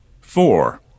Four